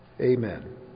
Amen